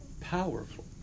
Powerful